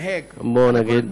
בואו נגיד,